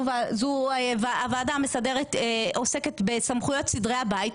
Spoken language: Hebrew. הוועדה המסדרת עוסקת בסמכויות סדרי הבית.